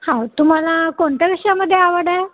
हो तुम्हाला कोणत्या विषयामध्ये आवड आहे